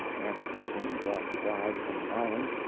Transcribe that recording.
aunt susan brought the bride from the islands,